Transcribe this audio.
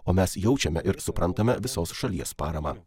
o mes jaučiame ir suprantame visos šalies paramą